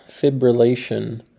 fibrillation